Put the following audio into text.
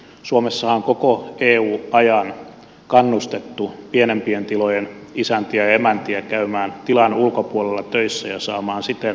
suomessahan on koko eu ajan kannustettu pienempien tilojen isäntiä ja emäntiä käymään tilan ulkopuolella töissä ja saamaan siten lisäansioita